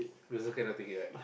you also cannot take it right